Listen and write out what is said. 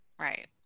Right